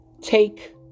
take